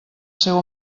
seu